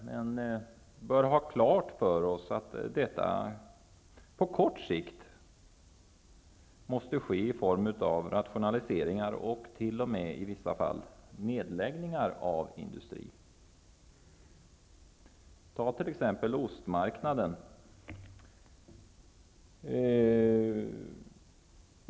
Men vi bör ha klart för oss att allt det här på kort sikt måste ske i form av rationaliseringar och i vissa fall t.o.m. i form av industrinedläggningar. Ta t.ex. ostmarknaden.